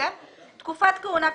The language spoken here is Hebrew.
תקופת כהונה,